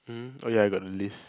mm oh ya you got the list